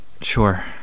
Sure